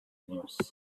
news